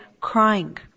crying